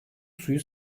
suyu